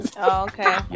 okay